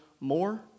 more